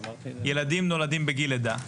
ילדים נולדים בגיל לידה,